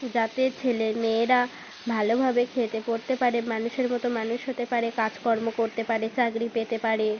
যাতে ছেলে মেয়েরা ভালোভাবে খেতে পরতে পারে মানুষের মতো মানুষ হতে পারে কাজকর্ম করতে পারে চাকরি পেতে পারে